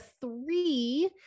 three